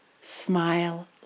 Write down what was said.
Smile